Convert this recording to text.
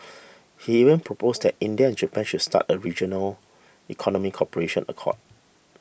he even proposed that India and Japan should start a regional economic cooperation accord